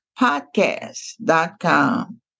podcast.com